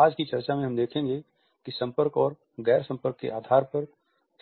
आज की चर्चा में हम देखेंगे कि संपर्क और गैर संपर्क के आधार पर